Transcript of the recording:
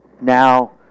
Now